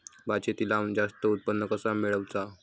भात शेती लावण जास्त उत्पन्न कसा मेळवचा?